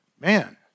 man